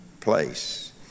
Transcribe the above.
place